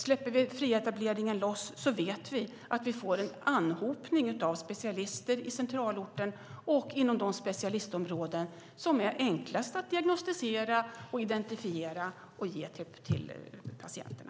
Släpper vi loss den fria etableringen vet vi att vi får en anhopning av specialister i centralorterna, inom de specialområden som är enklast att diagnostisera och identifiera och därmed ge den vården till patienterna.